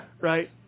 Right